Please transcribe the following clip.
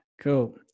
Cool